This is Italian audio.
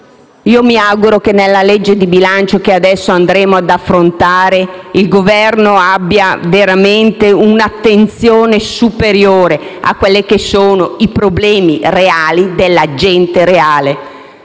ma mi auguro che nella legge di bilancio che ci apprestiamo ad affrontare il Governo abbia veramente un'attenzione superiore ai problemi reali della gente reale.